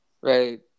right